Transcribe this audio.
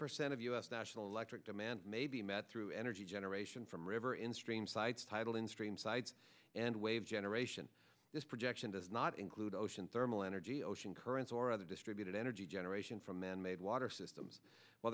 percent of u s national electric demand may be met through energy generation from river in strange sights titling stream sides and wave generation this projection does not include ocean thermal energy ocean currents or other distributed energy generation from manmade water systems well